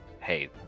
Hey